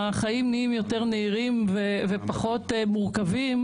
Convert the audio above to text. החיים נהיים יותר מהירים ופחות מורכבים,